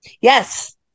Yes